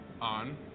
on